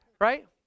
Right